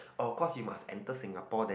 or cause you must enter Singapore then